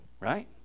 Right